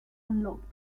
unlocked